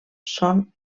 són